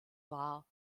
war